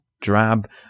drab